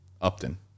Upton